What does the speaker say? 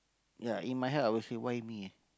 ya in my heart I'll say why me ah